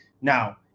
now